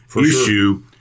issue